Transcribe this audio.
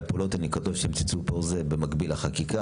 והפעולות הננקטות לשם צמצום פער זה במקביל לחקיקה.